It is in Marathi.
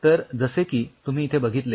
तर जसे की तुम्ही इथे बघितले